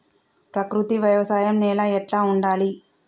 ప్రకృతి వ్యవసాయం నేల ఎట్లా ఉండాలి?